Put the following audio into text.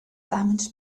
damaged